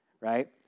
right